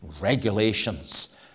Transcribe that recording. regulations